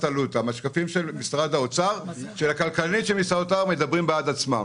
השקפים של הכלכלנית של משרד האוצר מדברים בעד עצמם.